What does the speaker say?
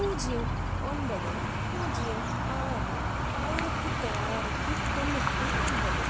பூஜ்ஜியம் ஒன்பது பூஜ்ஜியம் ஆறு ஆயிரத்தி தொள்ளாயிரத்தி தொண்ணூற்றி ஒன்பது